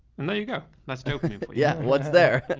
and there you go. let's do yeah what's there.